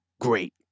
great